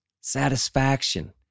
satisfaction